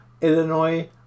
Illinois